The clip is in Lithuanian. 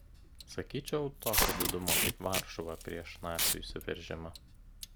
sakyčiau tokio didumo kaip varšuva prieš nacių įsiveržimą